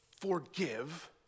forgive